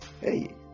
Hey